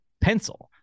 pencil